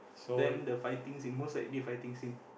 then the fighting scene most likely a fighting scene